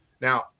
Now